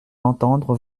entendre